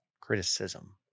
Criticism